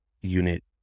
unit